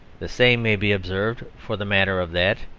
the same may be observed, for the matter of that,